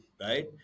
right